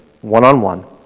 one-on-one